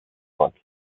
cinq